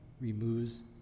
removes